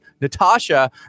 natasha